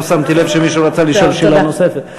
שמתי לב שמישהו רצה לשאול שאלה נוספת.